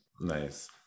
Nice